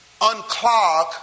unclog